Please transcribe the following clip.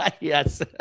yes